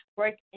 work